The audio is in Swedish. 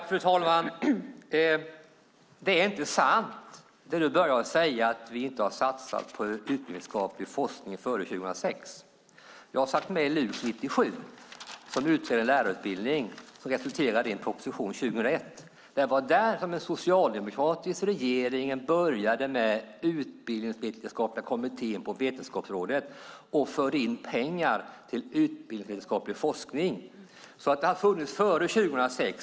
Fru talman! Det som Betty började med att säga, att vi inte har satsat på utbildningsvetenskaplig forskning före 2006, är inte sant. Jag satt med i LUK 97, som utredde lärarutbildningen, som resulterade i en proposition 2001. Det var då som den socialdemokratiska regeringen började med Utbildningsvetenskapliga kommittén vid Vetenskapsrådet och förde in pengar till utbildningsvetenskaplig forskning. Det har alltså funnits före 2006.